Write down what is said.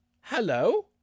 hello